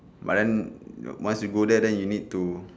but then once you go there then you need to